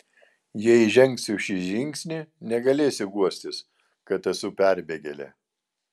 jei žengsiu šį žingsnį negalėsiu guostis kad esu perbėgėlė